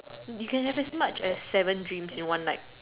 you can have as much as seven dreams in one night